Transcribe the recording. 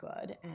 good